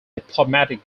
diplomatic